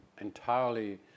entirely